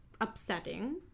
upsetting